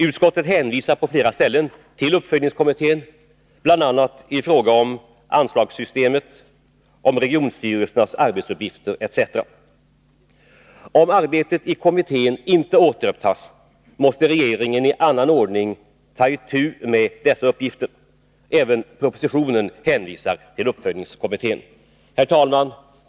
Utskottet hänvisar på flera ställen till uppföljningskommittén, bl.a. i fråga om anslagssystemet och regionstyrelsernas arbetsuppgifter. Om arbetet i kommittén inte återupptas, måste regeringen i annan ordning ta itu med dessa uppgifter. Även propositionen hänvisar till uppföljningskommittén. Herr talman!